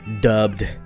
dubbed